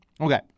Okay